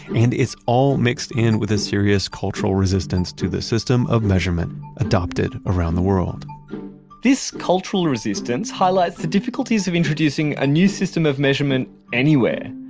and it's all mixed in with a serious cultural resistance to the system of measurement adopted around the world this cultural resistance highlights the difficulties of introducing a new system of measurement anywhere.